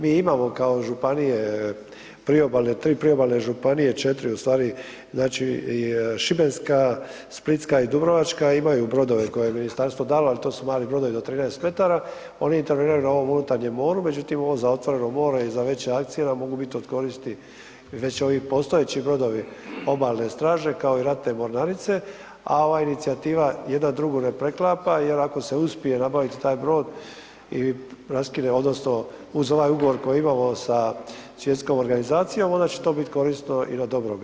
Mi imamo kao županije priobalne, tri priobalne županije, 4 ustvari, znači šibenska, splitska i dubrovačka imaju brodove koje je ministarstvo dalo ali to su mali brodovi do 13 m, oni interveniraju na ovom unutarnjem moru, međutim ovo za otvoreno more i za veće akcije, mogu biti od koristi i već ovi postojeći brodovi Obalne straže kao i Ratne mornarice a ova inicijativa jedna drugu ne preklapa jer se uspije nabaviti taj brod i raskine odnosno uz ovaj ugovor koji imamo sa svjetskom organizacijom, onda će to bit korisno i na dobrobit.